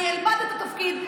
אני אלמד את התפקיד,